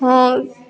ହଁ